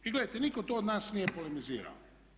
I gledajte, nitko to od nas nije polemizirao.